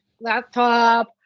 laptop